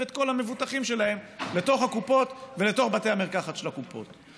את כל המבוטחים שלהם לתוך הקופות ולתוך בתי המרקחת של הקופות.